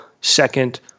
second